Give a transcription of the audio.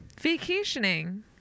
Vacationing